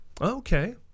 okay